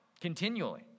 continually